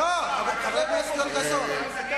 חבר הכנסת יואל חסון.